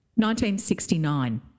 1969